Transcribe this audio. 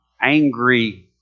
angry